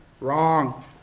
Wrong